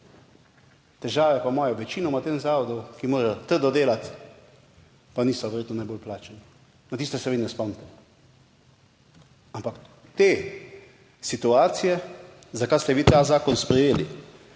Težave pa imajo večinoma v tem zavodu, ki morajo trdo delati, pa niso verjetno najbolj plačani. Na tisto se vi ne spomnite. Ampak te situacije, za kar ste vi ta zakon sprejeli,